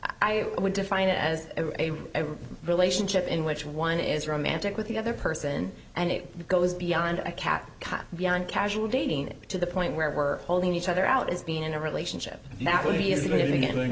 i would define it as a relationship in which one is romantic with the other person and it goes beyond a cat caught on casual dating to the point where we're holding each other out as being in a relationship that really